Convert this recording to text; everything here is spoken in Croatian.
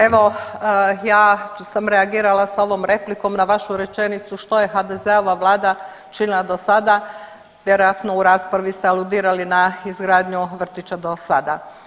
Evo ja sam reagirala sa ovom replikom na vašu rečenicu što je HDZ-ova vlada činila do sada vjerojatno u raspravi ste aludirali na izgradnju vrtića do sada.